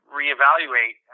reevaluate